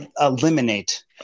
eliminate